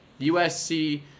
USC